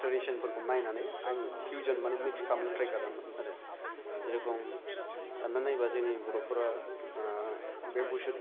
ट्रेडिशनफोरखौ नायनानै आं फ्युजन मानि मिक्स खालामनो थ्राय खालामो आरो जेरेखम साननानै नायोबा जोंनि बर'फोरा बेम्बु सुद